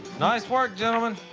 nice work, gentlemen.